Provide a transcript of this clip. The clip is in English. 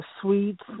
sweets